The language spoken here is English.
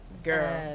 Girl